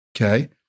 okay